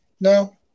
No